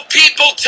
people